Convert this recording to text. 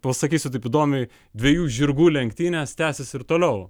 pasakysiu taip įdomiai dviejų žirgų lenktynės tęsiasi ir toliau